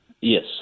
yes